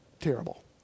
terrible